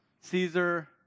Caesar